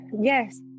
yes